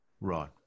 right